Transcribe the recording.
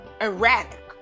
erratic